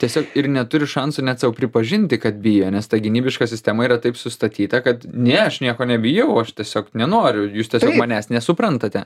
tiesiog ir neturi šansų net sau pripažinti kad bijo nes ta gynybiška sistema yra taip sustatyta kad ne aš nieko nebijau aš tiesiog nenoriu jūs tiesiog manęs nesuprantate